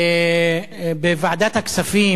בוועדת הכספים,